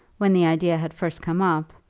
when the idea had first come up,